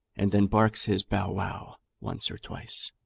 and then barks his bow wow, once or twice.